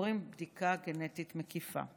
עוברים בדיקה גנטית מקיפה.